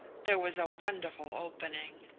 there was a wonderful opening.